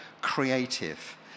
creative